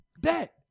Bet